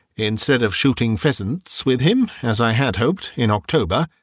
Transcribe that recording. instead of shooting pheasants with him, as i had hoped, in october,